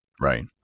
Right